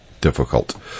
Difficult